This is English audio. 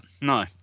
No